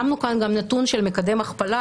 שמנו כאן גם נתון של מקדם הכפלה,